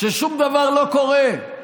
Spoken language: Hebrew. ששום דבר לא קורה.